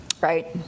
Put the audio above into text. right